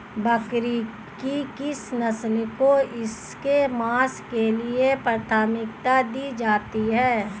बकरी की किस नस्ल को इसके मांस के लिए प्राथमिकता दी जाती है?